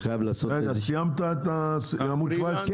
סיימת עם עמ' 17?